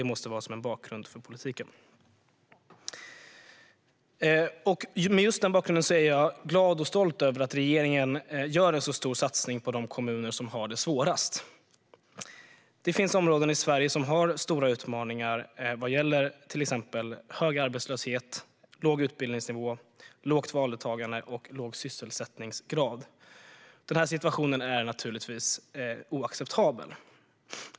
Mot denna bakgrund är jag glad och stolt över att regeringen gör en stor satsning på de kommuner som har det svårast. Det finns områden i Sverige som har stora utmaningar med till exempel hög arbetslöshet, låg utbildningsnivå, lågt valdeltagande och låg sysselsättningsgrad. Denna situation är naturligtvis oacceptabel.